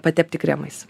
patepti kremais